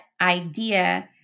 idea